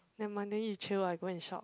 nevermind then you chill I go and shop